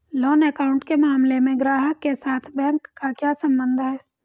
Loan account के मामले में ग्राहक के साथ बैंक का क्या संबंध है?